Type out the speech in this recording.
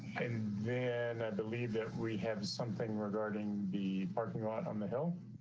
and and then i believe that we have something regarding the parking lot on the hill.